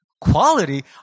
Quality